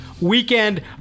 weekend